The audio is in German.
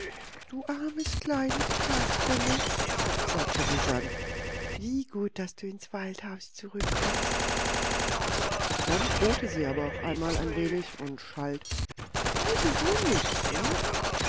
du armes armes kasperle sagte sie sanft wie gut daß du ins waldhaus zurückkommst dann drohte sie aber auch einmal ein wenig und schalt ei du unnütz du